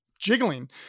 jiggling